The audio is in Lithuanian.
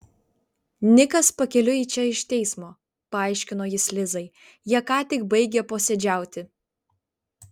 nikas pakeliui į čia iš teismo paaiškino jis lizai jie ką tik baigė posėdžiauti